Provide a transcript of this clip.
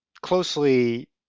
closely